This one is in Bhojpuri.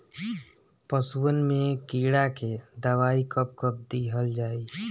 पशुअन मैं कीड़ा के दवाई कब कब दिहल जाई?